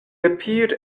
appeared